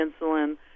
insulin